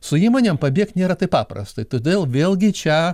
su įmonėm pabėgt nėra taip paprastai todėl vėlgi čia